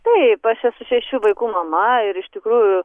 taip aš esu šešių vaikų mama ir iš tikrųjų